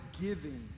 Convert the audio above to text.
giving